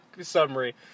summary